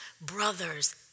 brothers